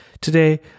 Today